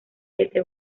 siete